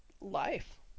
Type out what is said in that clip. life